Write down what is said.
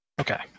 Okay